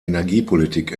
energiepolitik